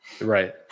Right